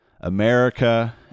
America